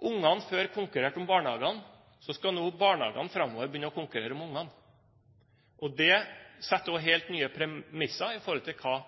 barna før konkurrerte om barnehagene, skal barnehagene nå framover begynne å konkurrere om barna. Det setter også helt nye premisser i forhold til